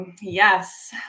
Yes